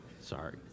Sorry